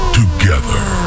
together